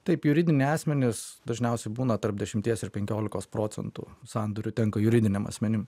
taip juridiniai asmenys dažniausiai būna tarp dešimties ir penkiolikos procentų sandorių tenka juridiniam asmenim